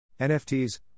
NFTs